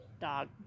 dog